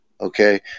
Okay